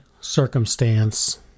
circumstance